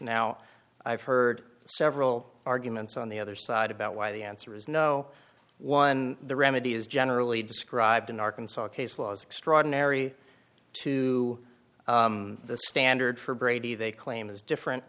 now i've heard several arguments on the other side about why the answer is no one the remedy is generally described in arkansas case law is extraordinary to the standard for brady they claim is different